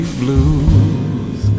blues